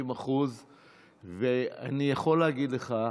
60%. ואני יכול להגיד לך,